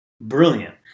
brilliant